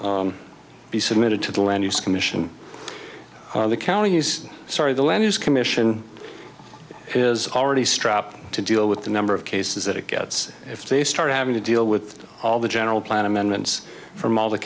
go be submitted to the land use commission the counties sorry the land use commission is already strapped to deal with the number of cases that it gets if they start having to deal with all the general plan amendments from all the